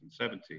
1970